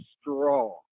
straw